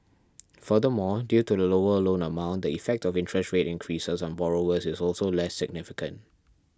furthermore due to the lower loan amount the effect of interest rate increases on borrowers is also less significant